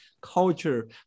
culture